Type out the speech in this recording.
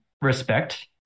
respect